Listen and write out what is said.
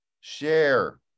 share